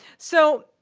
so,